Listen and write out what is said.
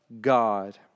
God